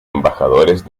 embajadores